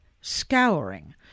scouring